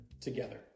together